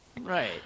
Right